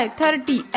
thirty